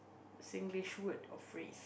Singlish word or phrase